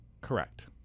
Correct